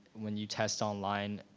when you test online,